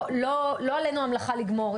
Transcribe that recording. לא עלינו המלאכה לגמור.